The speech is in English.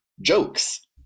jokes